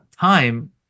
time